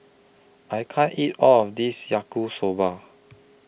I can't eat All of This Yaki Soba